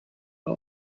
all